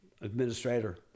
administrator